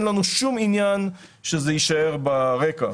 אין לנו שום עניין שזה יישאר ברקע.